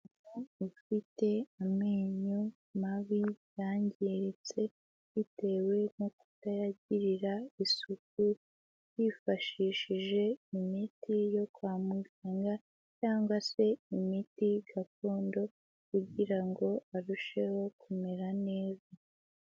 Ufite amenyo mabi ,yangiritse bitewe no kutayagirira isuku, hifashishije imiti yo kwa muganga, cyangwa se imiti gakondo, kugira ngo arusheho kumera neza.